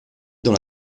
dans